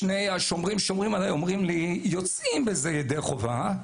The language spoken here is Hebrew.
שני השומרים ששומרים עליי אומרים לי: יוצאים בזה ידי חובה.